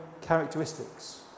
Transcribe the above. characteristics